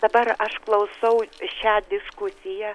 dabar aš klausau šią diskusiją